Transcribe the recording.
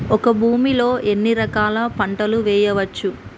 ఒక భూమి లో ఎన్ని రకాల పంటలు వేయచ్చు?